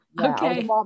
okay